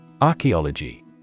Archaeology